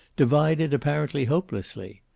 divided apparently hopelessly.